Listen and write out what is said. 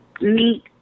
meet